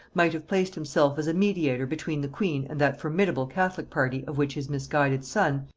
might have placed himself as a mediator between the queen and that formidable catholic party of which his misguided son,